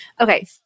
Okay